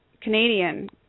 Canadian